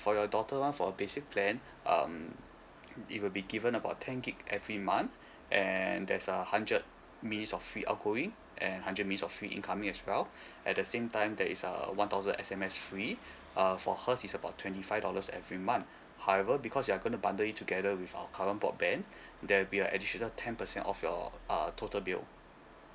for your daughter one for basic plan um it will be given about ten gigabyte every month and there's a hundred minutes of free outgoing and hundred minutes of free incoming as well at the same time there is a one thousand S_M_S free uh for hers is about twenty five dollars every month however because you're gonna bundle it together with our current broadband there'll be a additional ten percent off your uh total bill